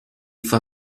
for